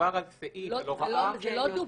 ו"פיליפ